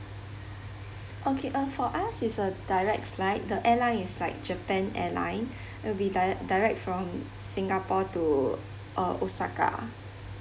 okay uh for us it's a direct flight the airline is like japan airline it'll be dia~ direct from singapore to uh osaka